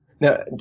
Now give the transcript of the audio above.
Now